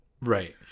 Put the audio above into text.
Right